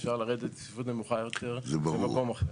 אפשר לרדת לצפיפות נמוכה יותר במקום אחר.